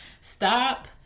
Stop